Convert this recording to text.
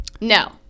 No